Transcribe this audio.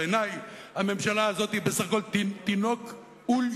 בעיני הממשלה הזאת היא בסך הכול תינוק עול-ימים,